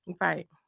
Right